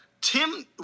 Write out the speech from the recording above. Tim